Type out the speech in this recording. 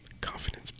confidence